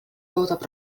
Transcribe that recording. toodab